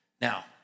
Now